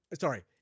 Sorry